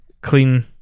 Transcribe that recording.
clean